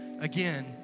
again